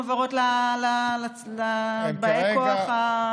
למה הן לא מועברות לבאי כוח?